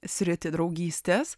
sritį draugystės